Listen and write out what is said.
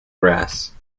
grass